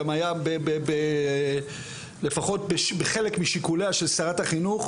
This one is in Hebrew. גם היה לפחות בחלק משיקוליה של שרת החינוך,